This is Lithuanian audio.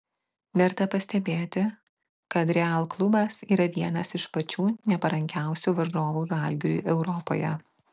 verta pastebėti kad real klubas yra vienas iš pačių neparankiausių varžovų žalgiriui europoje